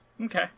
Okay